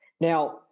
now